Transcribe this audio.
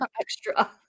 extra